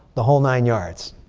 the whole nine yards.